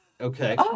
Okay